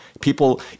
People